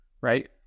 Right